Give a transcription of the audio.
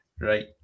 Right